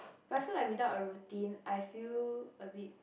but I feel like without a routine I feel a bit